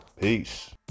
peace